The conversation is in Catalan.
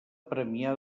premià